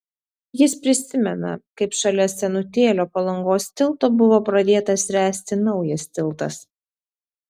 jis prisimena kaip šalia senutėlio palangos tilto buvo pradėtas ręsti naujas tiltas